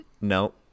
no